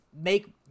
make